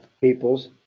people's